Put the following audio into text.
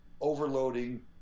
overloading